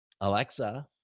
Alexa